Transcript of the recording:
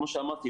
כמו שאמרתי,